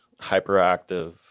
hyperactive